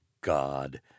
god